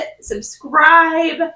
subscribe